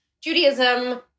Judaism